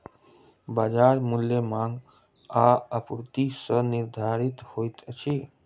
बजार मूल्य मांग आ आपूर्ति सॅ निर्धारित होइत अछि